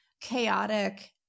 chaotic